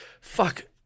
fuck